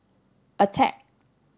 attack